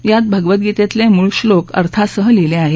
यात भगवद्नीतेतले मूळ श्नोक अर्थासह लिहिले आहेत